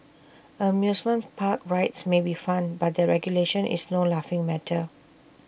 amusement park rides may be fun but their regulation is no laughing matter